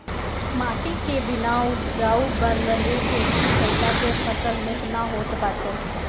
माटी के बिना उपजाऊ बनवले खेती कईला पे फसल निक ना होत बाटे